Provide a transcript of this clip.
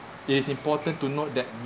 it is important to note that